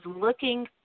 looking